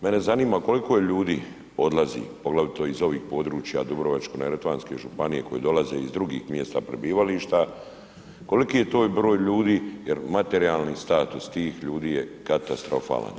Mene zanima koliko ljudi odlazi, poglavito iz ovih područja, Dubrovačko-neretvanske županije koje dolaze iz drugih mjesta prebivališta, koliki je to broj ljudi jer materijalni status tih ljudi je katastrofalan.